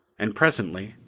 and presently,